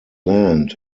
land